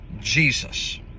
Jesus